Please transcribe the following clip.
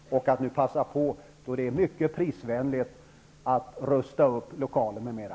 Kan man passa på nu när det är mycket prisvänligt för upprustning av lokaler m.m.?